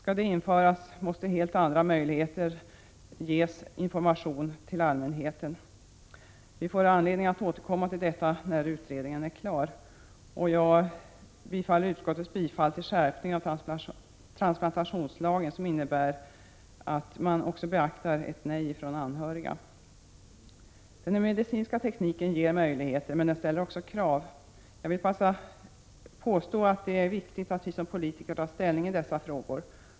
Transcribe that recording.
Om ett sådant skall införas måste information ges till allmänheten. Vi får anledning att återkomma till detta när utredningen är klar. Jag yrkar bifall till utskottets tillstyrkan av den skärpning av transplantationslagen som innebär att man även beaktar ett nej från anhöriga. Den medicinska tekniken ger möjligheter, men den ställer också krav. Jag vill påstå att det är viktigt att vi som politiker tar ställning i dessa frågor.